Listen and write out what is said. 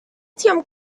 atm